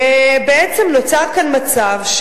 בעצם נוצר כאן מצב,